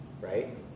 right